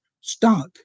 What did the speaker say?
stuck